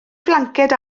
flanced